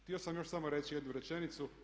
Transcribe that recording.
Htio sam još samo reći jednu rečenicu.